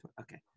Okay